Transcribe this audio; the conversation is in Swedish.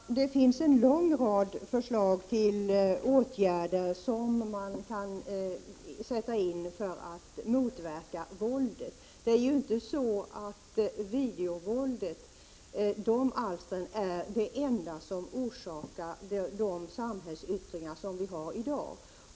Herr talman! Det finns en lång rad förslag på åtgärder som man kan sätta in för att motverka våldet. Videovåldet är inte den enda orsaken till de samhällsyttringar vi har i dag.